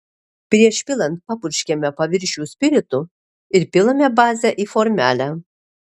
prieš pilant papurškiame paviršių spiritu ir pilame bazę į formelę